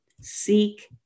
seek